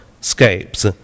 scapes